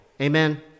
Amen